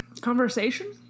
Conversation